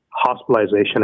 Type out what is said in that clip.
hospitalization